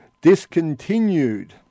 discontinued